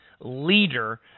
leader